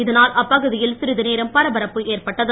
இதனால் அப்பகுதியில் சிறிது நேரம் பரபரப்பு ஏற்பட்டது